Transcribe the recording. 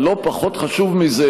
אבל לא פחות חשוב מזה,